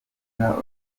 jean